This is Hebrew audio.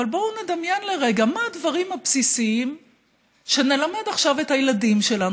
אבל בואו נדמיין לרגע מה הדברים הבסיסיים שנלמד עכשיו את הילדים שלנו.